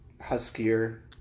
huskier